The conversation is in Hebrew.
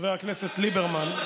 חבר הכנסת ליברמן,